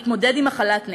מתמודד עם מחלת נפש.